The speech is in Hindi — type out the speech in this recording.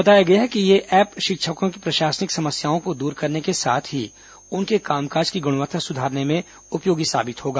बताया गया है कि यह एप्प शिक्षकों की प्रशासनिक समस्याओं को दूर करने के साथ ही उनके कामकाज की गुणवत्ता सुधारने में उपयोगी साबित होगा